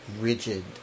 rigid